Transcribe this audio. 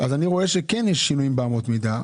אז אני רואה שכן יש שינויים באמות המידה,